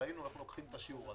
וראינו איך לוקחים את השיעור הזה,